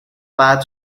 pads